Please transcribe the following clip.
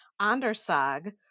Andersag